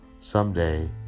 Someday